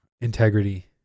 integrity